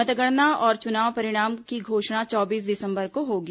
मतगणना और चुनाव परिणाम की घोषणा चौबीस दिसंबर को होगी